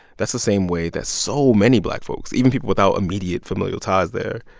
that's the same way that so many black folks, even people without immediate familial ties there,